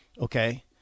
Okay